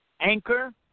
Anchor